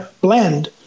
blend